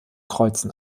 kreuzen